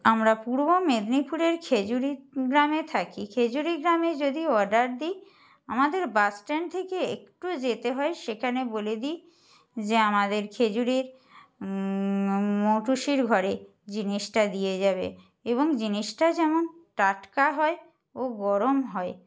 আমরা পূর্ব মেদিনীপুরের খেজুরি গ্রামে থাকি খেজুরি গ্রামে যদি অর্ডার দিই আমাদের বাস স্ট্যান্ড থেকে একটু যেতে হয় সেখানে বলে দিই যে আমাদের খেজুরির মৌটুসির ঘরে জিনিসটা দিয়ে যাবে এবং জিনিসটা যেমন টাটকা হয় ও গরম হয়